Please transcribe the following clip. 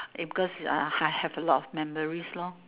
is because I have a lot of memories lor